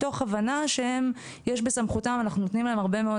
מתוך הבנה שיש בסמכותם אנחנו נותנים להם הרבה מאוד